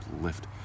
lift